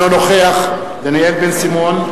אינו נוכח דניאל בן-סימון,